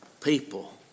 people